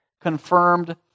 confirmed